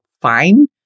fine